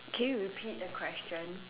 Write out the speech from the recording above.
can you repeat the question